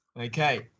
Okay